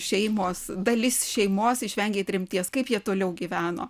šeimos dalis šeimos išvengė tremties kaip jie toliau gyveno